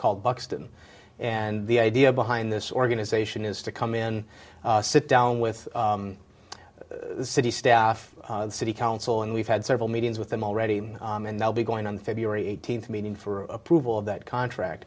called buxton and the idea behind this organization is to come in sit down with city staff city council and we've had several meetings with them already and they'll be going on february eighteenth meeting for approval of that contract